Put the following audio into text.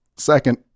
Second